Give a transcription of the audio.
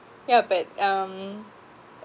yeah but um